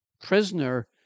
prisoner